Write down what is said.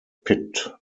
pit